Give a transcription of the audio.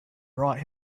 brought